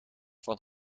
van